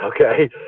okay